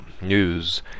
news